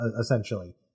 essentially